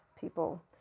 people